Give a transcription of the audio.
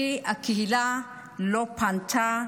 כי הקהילה לא פנתה,